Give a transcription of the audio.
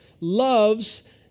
loves